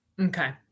okay